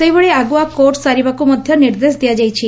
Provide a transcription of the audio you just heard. ସେହିଭଳି ଆଗୁଆ କୋର୍ସ ସାରିବାକୁ ମଧ୍ୟ ନିର୍ଦ୍ଦେଶ ଦିଆଯାଇଛି